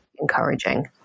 Encouraging